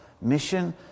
mission